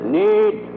need